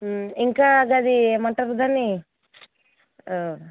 ఇంకా అది ఏమంటారు దాన్ని